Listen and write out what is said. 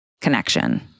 connection